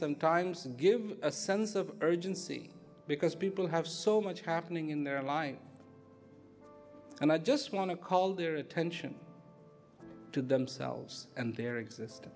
sometimes and give a sense of urgency because people have so much happening in their life and i just want to call their attention to themselves and their exist